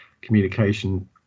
communication